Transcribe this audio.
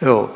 Evo,